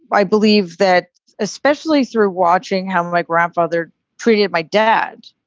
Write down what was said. i believe that especially through watching how my grandfather treated my dad,